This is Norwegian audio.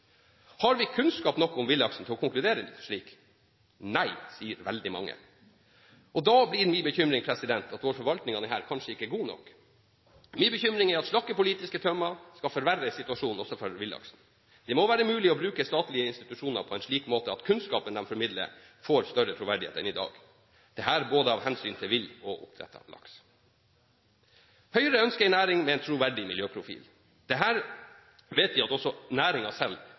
Har vi kunnskap nok om villaksen til å konkludere slik? Nei, sier veldig mange. Da blir min bekymring at vår forvaltning av denne kanskje ikke er god nok. Min bekymring er at slakke politiske tømmer skal forverre situasjonen også for villaksen. Det må være mulig å bruke statlige institusjoner på en slik måte at kunnskapen de formidler, får større troverdighet enn i dag, dette både av hensyn til villaks og oppdrettslaks. Høyre ønsker en næring med en troverdig miljøprofil. Dette vet vi at også næringen selv